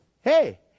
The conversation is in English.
Hey